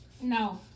No